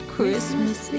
Christmas